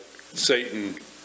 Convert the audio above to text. Satan